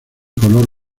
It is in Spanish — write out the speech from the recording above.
color